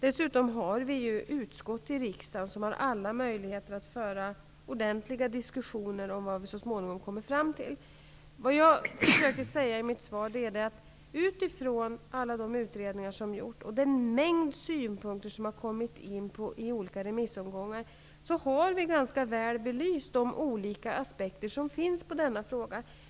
Dessutom har utskotten i riksdagen alla möjligheter att föra ordentliga diskussioner om vad vi så småningom kommer fram till. I mitt svar försökte jag säga att utifrån alla de utredningar som har gjorts och den mängd synpunkter som har inkommit i olika remissomgångar har vi ganska väl belyst de olika aspekter som finns på denna fråga.